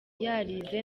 yarize